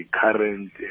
current